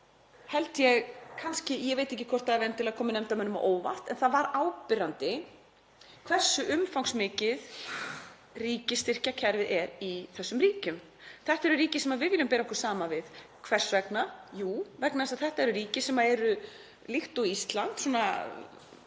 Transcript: gagnleg. Ég veit ekki hvort það hafi endilega komið nefndarmönnum á óvart en það var áberandi hversu umfangsmikið ríkisstyrkjakerfið er í þessum ríkjum. Þetta eru ríki sem við viljum bera okkur saman við. Hvers vegna? Jú, vegna þess að þetta eru ríki sem eru líkt og Ísland að